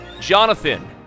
Jonathan